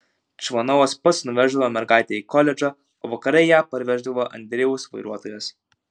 čvanovas pats nuveždavo mergaitę į koledžą o vakare ją parveždavo andrejaus vairuotojas